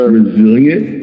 resilient